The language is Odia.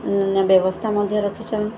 ବ୍ୟବସ୍ଥା ମଧ୍ୟ ରଖିଚନ୍